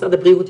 משרד הבריאות,